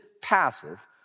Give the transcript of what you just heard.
passive